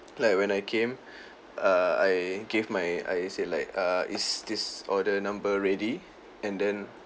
like when I came err I gave my I said like err is this order number ready and then